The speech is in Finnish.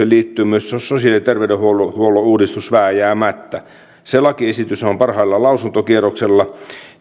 liittyy myös sosiaali ja terveydenhuollon uudistus vääjäämättä ja kun se lakiesityshän on parhaillaan lausuntokierroksella niin